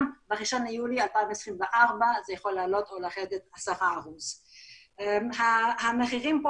ב-1 ביולי 2024 זה יכול לעלות או לרדת 10%. המחירים פה